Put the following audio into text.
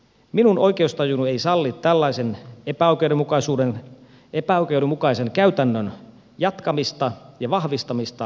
minun oikeustajuni ei salli tällaisen epäoikeudenmukaisen käytännön jatkamista ja vahvistamista lainsäädännöllä